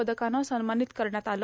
पदकानं सन्मानित करण्यात आलं